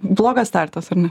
blogas startas ar ne